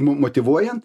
mum motyvuojant